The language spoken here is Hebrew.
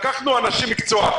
לקחנו אנשי מקצוע,